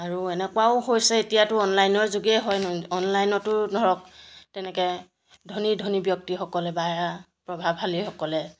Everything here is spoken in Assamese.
আৰু এনেকুৱাও হৈছে এতিয়াতো অনলাইনৰ যোগেই হয় অনলাইনতো ধৰক তেনেকৈ ধনী ধনী ব্যক্তিসকলে বা প্ৰভাৱালীসকলে